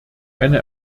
eine